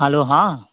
hello हाँ